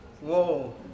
Whoa